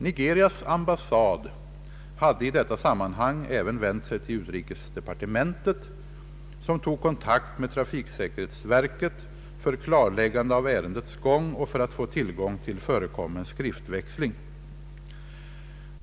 Nigerias ambassad hade i detta sammanhang även vänt sig till utrikesdepartementet, som tog kontakt med trafiksäkerhetsverket för klarläggande av ärendets gång och för att få tillgång till förekommen skriftväxling.